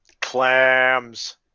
Clams